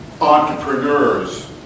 Entrepreneurs